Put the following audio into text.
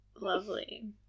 Lovely